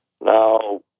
Now